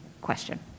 question